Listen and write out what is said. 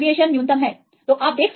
इसलिए यह विचलन न्यूनतम है